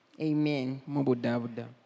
Amen